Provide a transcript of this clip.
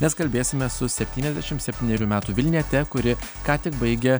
mes kalbėsime su septyniasdešim septynerių metų vilniete kuri ką tik baigė